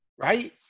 right